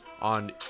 on